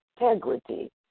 integrity